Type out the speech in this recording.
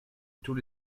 tous